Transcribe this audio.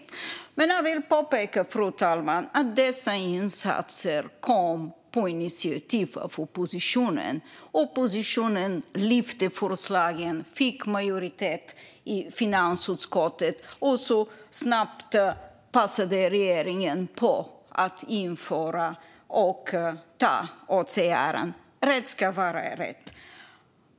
Men jag vill påpeka, fru talman, att dessa insatser kom på initiativ av oppositionen. Oppositionen lade fram förslagen och fick majoritet i finansutskottet, och regeringen passade snabbt på att införa dem och ta åt sig äran. Rätt ska vara rätt.